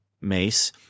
mace